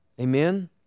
Amen